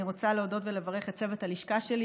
אני רוצה להודות ולברך את צוות הלשכה שלי,